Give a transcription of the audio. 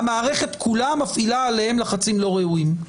המערכת כולה מפעילה עליהם לחצים לא ראויים.